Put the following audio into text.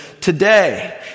today